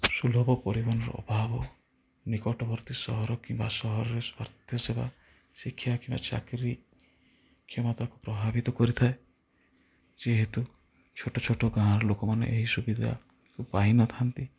ସୁଲଭ ପରିବହନର ଅଭାବ ନିକଟବର୍ତ୍ତୀ ସହର କିମ୍ବା ସହରରେ ସ୍ୱାସ୍ଥ୍ୟ ସେବା ଶିକ୍ଷା କିମ୍ବା ଚାକିରି କିମ୍ବା ତାକୁ ପ୍ରଭାବିତ କରିଥାଏ ଯେହେତୁ ଛୋଟ ଛୋଟ ଗାଁର ଲୋକମାନେ ଏହି ସୁବିଧାକୁ ପାଇନଥାନ୍ତି